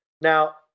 Now